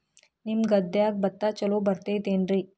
ನಿಮ್ಮ ಗದ್ಯಾಗ ಭತ್ತ ಛಲೋ ಬರ್ತೇತೇನ್ರಿ?